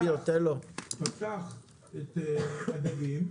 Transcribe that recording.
פתח את הדגים,